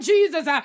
Jesus